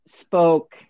spoke